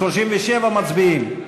על הסתייגות 37 מצביעים.